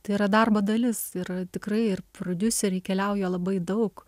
tai yra darbo dalis ir tikrai ir prodiuseriai keliauja labai daug